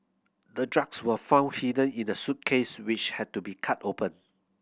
the drugs were found hidden in the suitcase which had to be cut open